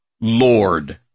Lord